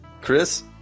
Chris